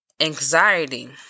anxiety